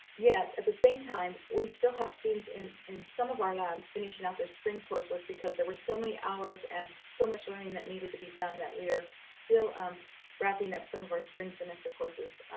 yet at the same time, we still have students in and some of our labs finishing out their spring coursework because there were so many hours and so much learning that needed to be done that we are still wrapping up some of our spring semester courses,